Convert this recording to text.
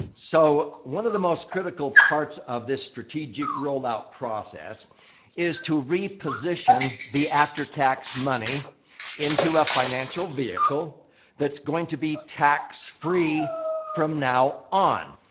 so, one of the most critical parts of this strategic rollout process is to reposition the after-tax money into a financial vehicle that's going to be tax-free from now on.